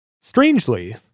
Strangely